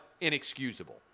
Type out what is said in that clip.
inexcusable